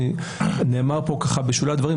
נאמר פה בשולי הדברים,